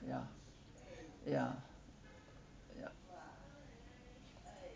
ya ya ya